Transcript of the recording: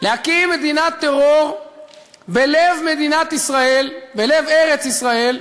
להקים מדינת טרור בלב מדינת ישראל, בלב ארץ-ישראל,